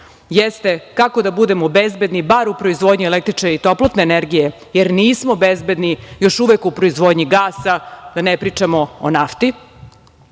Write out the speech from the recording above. jeste kako da budemo bezbedni, bar u proizvodnji električne i toplotne energije, jer nismo bezbedni još uvek u proizvodnji gasa, da ne pričamo o nafti. Jeste